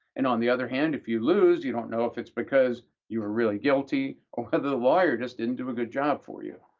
and on the other hand, if you lose, you don't know if it's because you were really guilty or whether the lawyer just didn't do a good job for you.